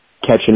catching